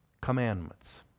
commandments